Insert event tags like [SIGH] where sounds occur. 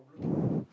[BREATH]